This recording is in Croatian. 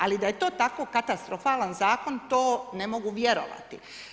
Ali da je to tako katastrofalan zakon to ne mogu vjerovati.